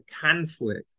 conflict